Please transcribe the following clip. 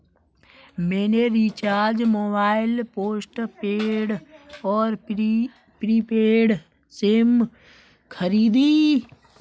मैंने recharge mobile postpaid और prepaid SIM खरीदे